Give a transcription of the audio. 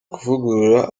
kuvugurura